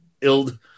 Ild